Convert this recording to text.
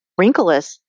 wrinkleless